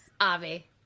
Avi